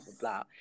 blah